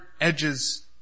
edges